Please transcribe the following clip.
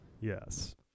yes